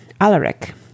Alaric